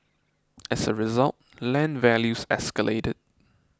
as a result land values escalated